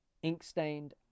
ink-stained